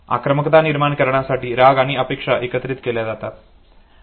आक्रमकता निर्माण करण्यासाठी राग आणि अपेक्षा एकत्रित केल्या जातात